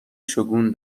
شگون